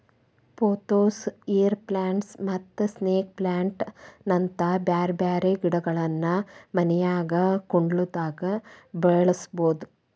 pothos, air plants ಮತ್ತ snake plant ನಂತ ಬ್ಯಾರ್ಬ್ಯಾರೇ ಗಿಡಗಳನ್ನ ಮನ್ಯಾಗ ಕುಂಡ್ಲ್ದಾಗ ಬೆಳಸಬೋದು